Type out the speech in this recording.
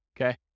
okay